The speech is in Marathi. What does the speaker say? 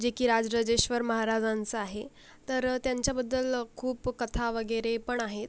जे की राजराजेश्वर महाराजांचं आहे तर त्यांच्याबद्दल खूप कथा वगैरे पण आहेत